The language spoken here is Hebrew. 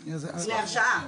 להרשעה.